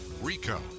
RICO